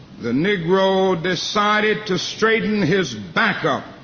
the negro decided to straighten his back up